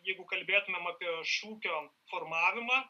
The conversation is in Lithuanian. jeigu kalbėtumėm apie šūkio formavimą